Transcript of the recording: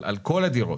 על כל הדירות.